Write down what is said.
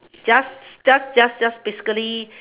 just just just just basically